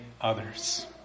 others